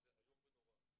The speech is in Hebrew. וזה איום ונורא.